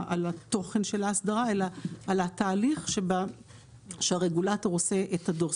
על התכון של האסדרה אלא על התהליך שבו הרגולטור עושה את הדו"ח.